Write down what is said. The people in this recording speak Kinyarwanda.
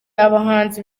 abahanzi